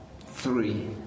Three